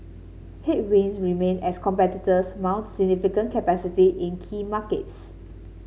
headwinds remain as competitors mount significant capacity in key markets